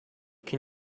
can